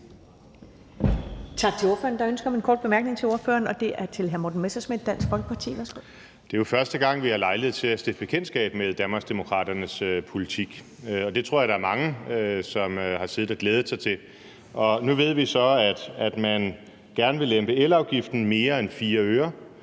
Tak til ordføreren. Der er ønske om en kort bemærkning til ordføreren. Det er hr. Morten Messerschmidt, Dansk Folkeparti. Værsgo. Kl. 13:25 Morten Messerschmidt (DF): Det er jo første gang, vi har lejlighed til at stifte bekendtskab med Danmarksdemokraternes politik, og det tror jeg der er mange der har siddet og glædet sig til. Nu ved vi så, at man gerne vil lempe elafgiften mere end 4 øre,